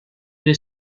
due